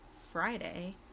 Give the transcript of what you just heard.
Friday